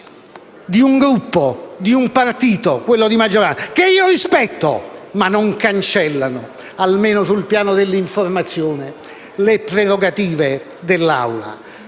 di un Gruppo, di un partito, quello di maggioranza, ma queste non cancellano, almeno sul piano dell'informazione, le prerogative dell'Assemblea.